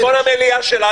זה על חשבון המליאה שלנו,